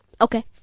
Okay